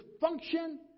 function